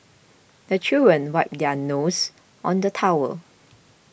the children wipe their noses on the towel